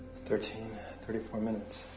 thirty thirty four minutes.